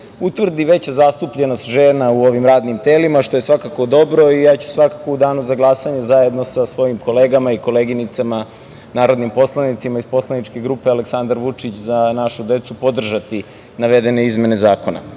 utvrdi veća zastupljenost žena u ovim radnim telima, što je svakako dobro. I ja ću u danu za glasanje, zajedno sa svojim kolegama i koleginicama narodnim poslanicima iz poslaničke grupe Aleksandar Vučić - Za našu decu, podržati navedene izmene zakona. Kada